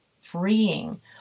freeing